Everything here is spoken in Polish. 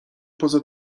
poza